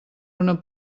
una